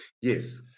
Yes